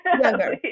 Younger